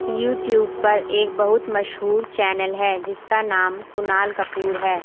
YouTube پر ایک بہت مشہور چینل ہے جس کا نام کنال کپور ہے